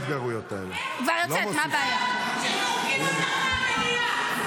איך הגעת למצב שזורקים אותך מהמליאה?